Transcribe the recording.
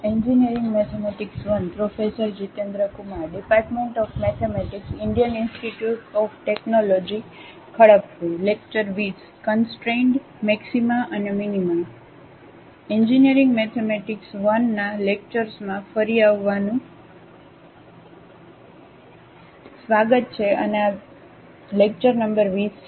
engineering mathematics 1 ના લેક્ચર્સમાં ફરી આવવાનું સ્વાગત છે અને આ 20 લેક્ચર નંબર છે